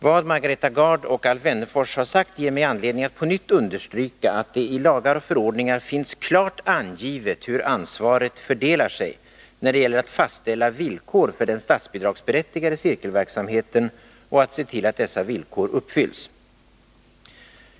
Vad Margareta Gard och Alf Wennerfors har sagt ger mig anledning att på nytt understryka att det i lagar och förordningar finns klart angivet hur ansvaret fördelar sig när det gäller att fastställa villkor för den statsbidragsberättigade cirkelverksamheten och att se till att dessa villkor uppfylls.